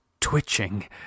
twitching